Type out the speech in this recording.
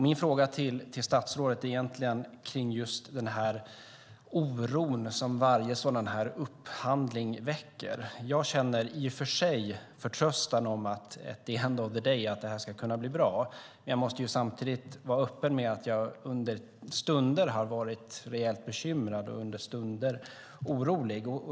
Min fråga till statsrådet handlar om den oro som varje sådan här upphandling väcker. Jag känner i och för sig förtröstan om att det här ska kunna bli bra at the end of the day, men jag måste samtidigt vara öppen med att jag vissa stunder har varit rejält bekymrad och orolig.